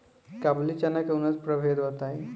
काबुली चना के उन्नत प्रभेद बताई?